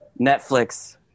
Netflix